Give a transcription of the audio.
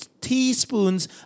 teaspoons